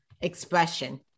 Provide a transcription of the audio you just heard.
expression